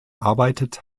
arbeitet